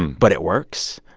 but it works.